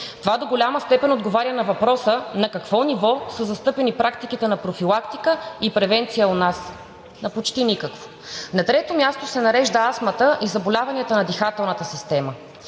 Това до голяма степен отговаря на въпроса: на какво ниво са застъпени практиките на профилактика и превенция у нас? На почти никакво. На трето място се нарежда астмата и заболяванията на дихателната система.